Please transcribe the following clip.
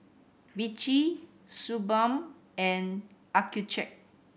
Vichy Suu Balm and Accucheck